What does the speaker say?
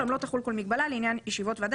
אולם לא תחול כל מגבלה לעניין ישיבות ועדה